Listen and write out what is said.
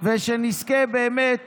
ושנזכה באמת